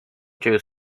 ciebie